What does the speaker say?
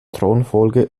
thronfolge